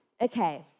okay